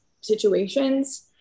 situations